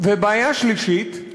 בעיה שלישית: